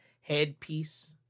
headpiece